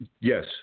Yes